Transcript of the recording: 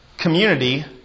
community